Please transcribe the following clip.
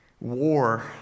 War